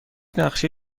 نقشه